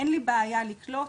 אין לי בעיה לקלוט.